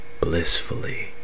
blissfully